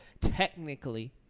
technically